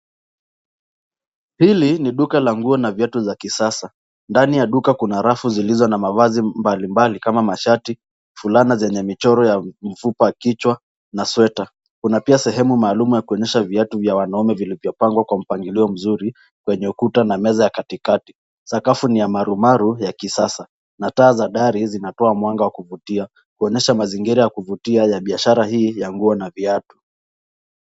Hili ni duka la nguo na viatu za kisasa, ndani ya duka kuna rafu zilizo na mavazi mbalimbali kama mashati, fulana zenye michoro ya mfupa ya kichwa na sweta. Kuna pia sehemu maalum ya kuonyesha viatu vya wanaume vilivyo pangwa kwa mpangilio mzuri, kwenye ukuta na meza katikati. Sakafu ni ya marumaru ya kisasa, na taa za dari zinatoa mwanga wa kuvutia kuonyesha mazingira ya kuvutia ya biashara hii ya nguo na viatu.